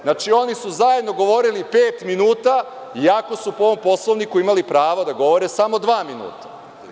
Znači, oni su zajedno govorili pet minuta, iako su po Poslovniku imali pravo da govore samo dva minuta.